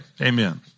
Amen